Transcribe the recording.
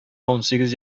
унсигез